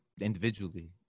individually